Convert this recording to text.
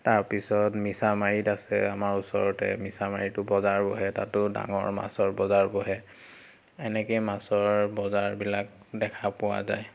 তাৰ পিছত মিছামাৰীত আছে আমাৰ ওচৰতে মিছামাৰীতো বজাৰ বহে তাতো ডাঙৰ মাছৰ বজাৰ বহে এনেকেই মাছৰ বজাৰবিলাক দেখা পোৱা যায়